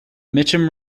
mitcham